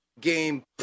Game